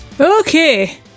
Okay